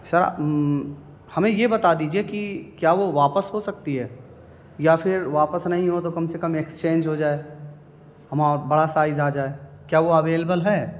سر ہمیں یہ بتا دیجیے کہ کیا وہ واپس ہو سکتی ہے یا پھر واپس نہیں ہو تو کم سے کم ایکسچینج ہو جائے ہما بڑا سائز آ جائے کیا وہ اویلیبل ہے